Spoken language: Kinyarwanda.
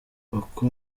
uko